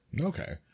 Okay